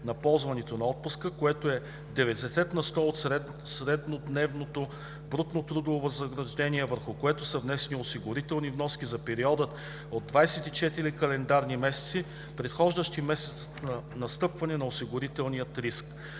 на ползване на отпуска, което е 90 на сто от среднодневното брутно трудово възнаграждение, върху което са внесени осигурителни вноски за периода от 24 календарни месеца, предхождащи месеца на настъпване на осигурителния риск.